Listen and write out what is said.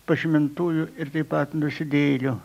pažemintųjų ir taip pat nusidėjėlių